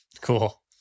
Cool